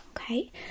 Okay